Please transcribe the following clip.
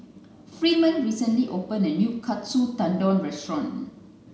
freeman recently opened a new Katsu Tendon restaurant